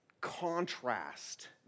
contrast